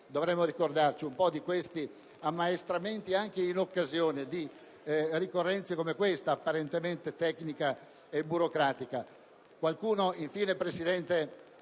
Dovremmo ricordarci di questi ammaestramenti anche in occasione di ricorrenze come questa, apparentemente tecnica e burocratica. Qualcuno, infine, signor